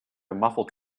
muffled